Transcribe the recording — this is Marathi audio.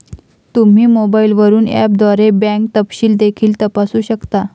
तुम्ही मोबाईलवरून ऍपद्वारे बँक तपशील देखील तपासू शकता